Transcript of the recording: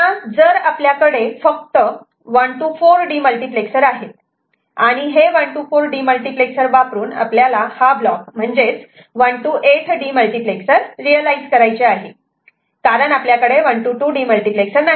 आणि जर आपल्याकडे फक्त 1 to 4 डीमल्टिप्लेक्सर आहेत आणि हे 1 to 4 डीमल्टिप्लेक्सर वापरून आपल्याला हा ब्लॉक म्हणजे 1 to 8 डीमल्टिप्लेक्सर रियलायझ करायचा आहे कारण आपल्याकडे 1 to 2 डीमल्टिप्लेक्सर नाही